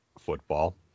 football